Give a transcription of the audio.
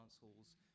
halls